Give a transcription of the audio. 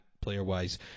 player-wise